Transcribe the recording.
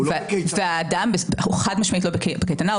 האדם חד משמעית הוא לא בקייטנה.